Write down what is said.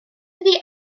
iddi